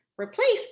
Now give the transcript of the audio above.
replace